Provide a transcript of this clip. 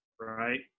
right